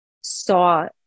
saw